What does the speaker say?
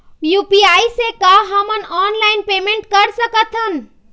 UPI से का हमन ऑनलाइन पेमेंट कर सकत हन?